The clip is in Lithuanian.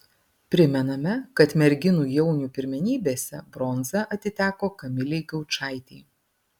primename kad merginų jaunių pirmenybėse bronza atiteko kamilei gaučaitei